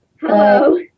Hello